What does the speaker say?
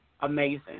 amazing